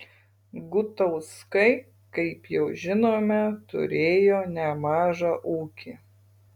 gutauskai kaip jau žinome turėjo nemažą ūkį